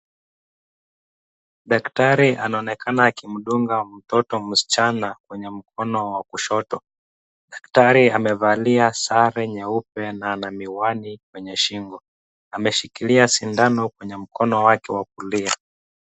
Daktari anaonekana akimdunga mtoto msichana kwenye mkono wa kushoto. Daktari amevalia sare nyeupe na ana miwani kwenye shingo. Ameshikilia sindano kwenye mkono wake wa kulia.